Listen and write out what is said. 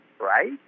right